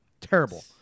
Terrible